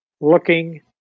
looking